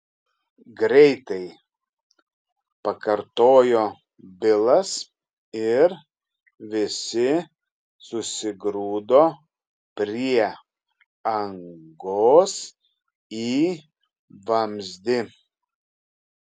greitai pakartojo bilas ir visi susigrūdo prie angos į vamzdį